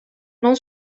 non